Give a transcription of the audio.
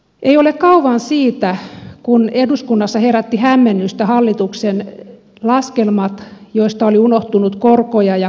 ei ole kauan siitä kun eduskunnassa herättivät hämmennystä hallituksen laskelmat joista oli unohtunut korkoja ja kuluja